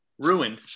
ruined